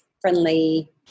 friendly